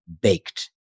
baked